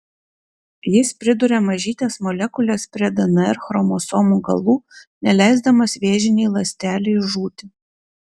jis priduria mažytes molekules prie dnr chromosomų galų neleisdamas vėžinei ląstelei žūti